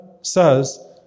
says